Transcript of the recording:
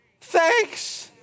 thanks